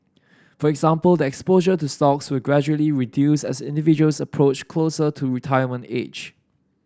for example the exposure to stocks will gradually reduce as individuals approach closer to retirement age